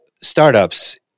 startups